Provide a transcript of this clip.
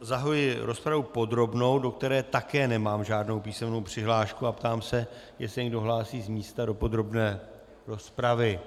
Zahajuji rozpravu podrobnou, do které také nemám žádnou písemnou přihlášku a ptám se, jestli se někdo hlásí z místa do podrobné rozpravy.